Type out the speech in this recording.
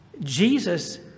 Jesus